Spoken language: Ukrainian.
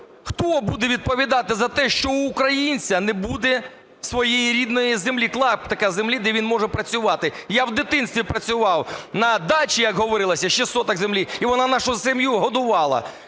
Хто буде відповідати за те, що в українця не буде своєї рідної землі, клаптика землі, де він може працювати? Я в дитинстві працював на дачі, як говорилося, 6 соток землі, і вона нашу сім'ю годувала: